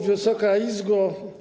Wysoka Izbo!